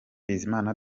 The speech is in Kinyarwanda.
bizimana